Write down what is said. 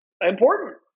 important